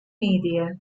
media